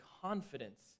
confidence